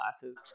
classes